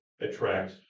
attract